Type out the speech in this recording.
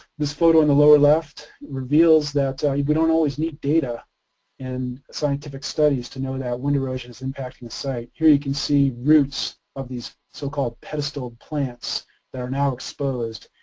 this photo in the lower left reveals that we don't always need data and scientific studies to know that wind erosion is impacting the site. here you can see roots of these so-called pedestal plants that are now exposed.